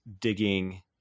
digging